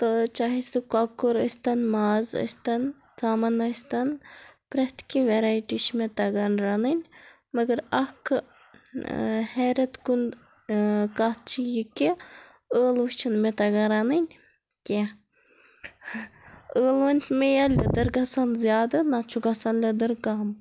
تہٕ چاہے سُہ کۄکُر ٲسۍ تن ماز ٲسۍ تن ژامَن ٲسۍ تن پرٛیتھ کینہہ ویرایٹی چھِ مےٚ تگان رَنٕنۍ مَگر اکھ حیرت کُن کَتھ چھِ یہِ کہِ ٲلوٕ چھِنہٕ مےٚ تَگان رَنٕنۍ کینہہ ٲلون مےٚ یا لیٚدٕر گَژھان زِیادٕ نَتہٕ چھُ گَژھان لیٚدٕر کَم